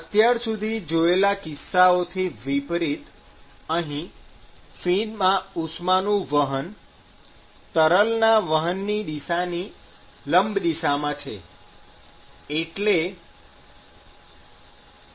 અત્યાર સુધી જોયેલા કિસ્સાઓથી વિપરીત અહીં ફિનમાં ઉષ્માનું વહન તરલના વહનની દિશાની લંબ દિશામાં છે